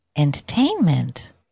entertainment